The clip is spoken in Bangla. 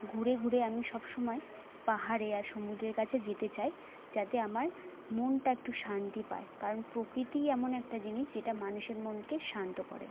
ঘুরে ঘুরে আমি সবসময় পাহাড়ে আর সমুদ্রের কাছে যেতে চাই যাতে আমার মনটা একটু শান্তি পায় কারণ প্রকৃতিই এমন একটা জিনিস যেটা মানুষের মনকে শান্ত করে